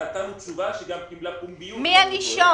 ונתנו תשובה שגם קיבלה פומבית בנדון,